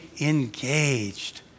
engaged